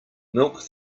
milk